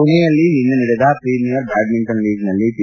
ಪುಣೆಯಲ್ಲಿ ನಿನ್ನೆ ನಡೆದ ಪ್ರೀಮಿಯರ್ ಬ್ಲಾಡ್ಡಿಂಟನ್ ಲೀಗ್ ನಲ್ಲಿ ಪಿ